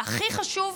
והכי חשוב,